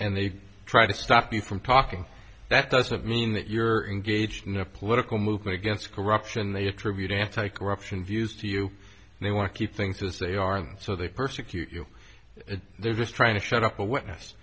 and they try to stop you from talking that doesn't mean that you're engaged in a political movement against corruption they attribute anti corruption views to you they want to keep things to say aren't so they persecute you they're just trying to shut up a witness